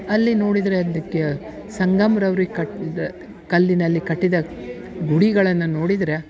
ಅಲ್ಲಿ ನೋಡಿದರೆ ಅದಕ್ಕೆ ಸಂಗಮ್ರವರಿಗೆ ಕಟ್ಟಿದ ಕಲ್ಲಿನಲ್ಲಿ ಕಟ್ಟಿದ ಗುಡಿಗಳನ್ನ ನೋಡಿದ್ರ